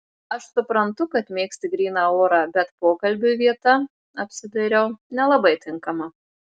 aš suprantu kad mėgsti gryną orą bet pokalbiui vieta apsidairiau nelabai tinkama